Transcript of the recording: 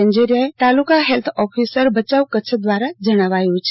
અંજારીયા તાલુકાંફેલ્થ ઓફીસર ભચાઉ કચ્છ દ્વારા જણાવાયું છે